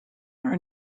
are